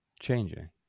changing